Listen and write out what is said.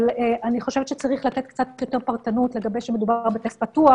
אבל אני חושבת שצריך לתת קצת יותר פרטנות לגבי זה שמדובר --- פתוח,